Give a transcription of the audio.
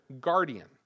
guardian